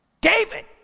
David